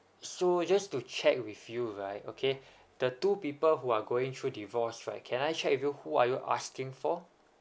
so just to check with you right okay the two people who are going through divorce right can I check with you who are you asking for